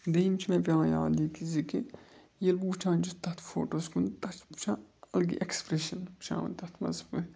دٔیِم چھِ مےٚ پٮ۪وان یاد یہِ کہِ زِ کہِ ییٚلہِ بہٕ وٕچھان چھُس تَتھ فوٹوَس کُن تَتھ چھُس بہٕ وٕچھان اَلگٕے اٮ۪کٕسپرٛٮ۪شَن وٕچھان تَتھ منٛز مےٚ